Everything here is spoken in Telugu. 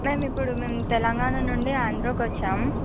మ్యామ్ ఇప్పుడు మేము తెలంగాణ నుండి ఆంధ్రాకు వచ్చాం